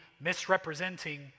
misrepresenting